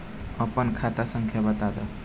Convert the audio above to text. आपन खाता संख्या बताद